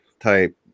type